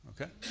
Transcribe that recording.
Okay